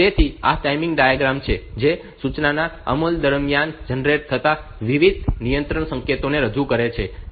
તેથી આ timing diagram છે જે સૂચનાના અમલ દરમિયાન જનરેટ થતા વિવિધ નિયંત્રણ સંકેતોન રજૂઆત છે